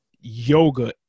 yoga